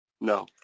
No